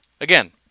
Again